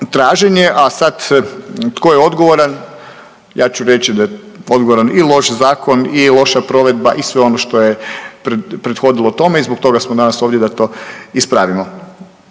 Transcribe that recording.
a sad tko je odgovoran ja ću reći da je odgovoran i loš zakon i loša provedba i sve ono što je prethodilo tome i zbog toga smo danas ovdje da to ispravimo.